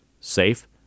safe